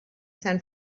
san